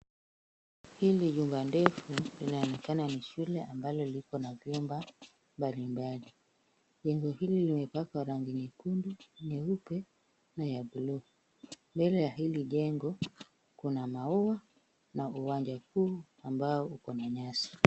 Hili jumba ndefu linaonekana ni shule ambalo liko na vyumba mbalimbali. Jengo hili limepakwa rangi nyekundu, nyeupe na ya blue . Mbele ya hili jengo, kuna maua na uwanja kuu ambao uko na nyasi.